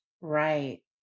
Right